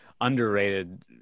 Underrated